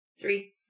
Three